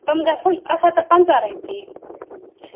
تِم گژھَن اَکھ ہَتھ تہِ پَنٛژاہ رۄپیہِ